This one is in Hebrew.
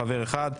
חבר אחד.